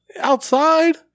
Outside